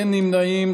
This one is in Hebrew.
אין נמנעים.